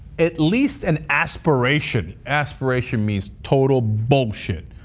at least an aspiration. aspiration means total bullshit.